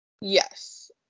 Yes